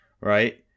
right